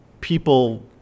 people